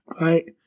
right